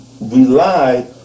rely